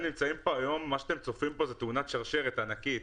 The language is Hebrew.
אתם צופים פה היום בתאונת שרשרת ענקית